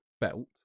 belt